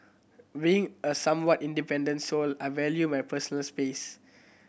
being a somewhat independent soul I value my personal space